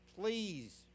please